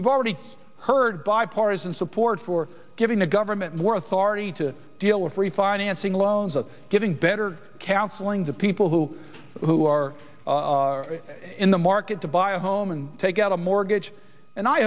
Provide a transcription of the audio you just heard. we've already heard bipartisan support for giving the government more authority to deal with refinancing loans of getting better counseling to people who who are in the market to buy a home and take out a mortgage and i